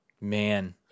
Man